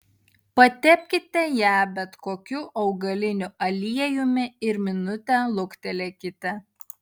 patepkite ją bet kokiu augaliniu aliejumi ir minutę luktelėkite